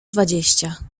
dwadzieścia